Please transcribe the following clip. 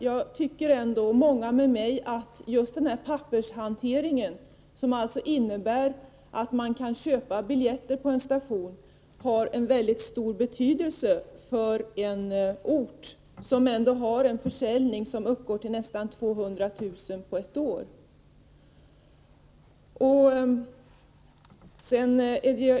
Jag tycker ändå, och många med mig, att just denna pappershantering, som alltså innebär att man kan köpa biljetter på en station, har väldigt stor betydelse för en ort som har en försäljning som uppgår till nästan 200 000 på ett år.